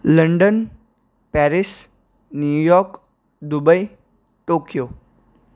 London Paris New York Dubai Tokyo